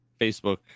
Facebook